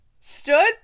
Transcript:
stood